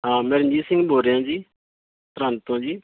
ਹਾਂ ਮੈਂ ਰਣਜੀਤ ਸਿੰਘ ਬੋਲ ਰਿਹਾ ਜੀ ਸਰਹਿੰਦ ਤੋਂ ਜੀ